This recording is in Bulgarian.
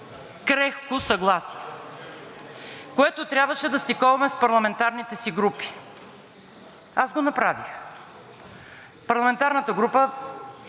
Крехко съгласие, което трябваше да стиковаме с парламентарните си групи. Аз го направих. Парламентарната група